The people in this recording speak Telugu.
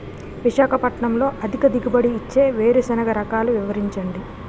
విశాఖపట్నంలో అధిక దిగుబడి ఇచ్చే వేరుసెనగ రకాలు వివరించండి?